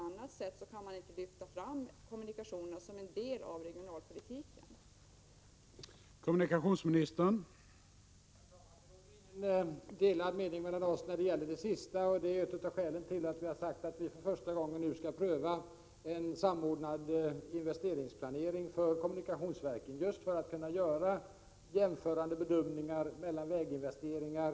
Annars kan man inte lyfta fram kommunikationerna som en del av de regionalpolitiska insatserna.